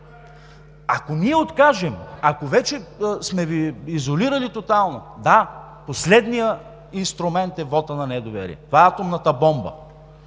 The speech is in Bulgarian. Ако ние откажем, ако вече сме Ви изолирали тотално, да, последният инструмент е вотът на недоверие, това е атомната бомба.